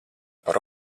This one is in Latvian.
par